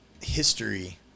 history